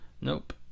Nope